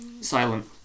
silent